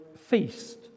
feast